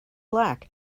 black